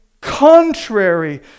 Contrary